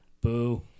Boo